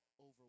over